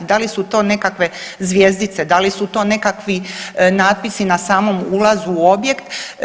Da li su to nekakve zvjezdice, da li su to nekakvi natpisi na samom ulazu u objekt.